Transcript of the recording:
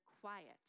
quiet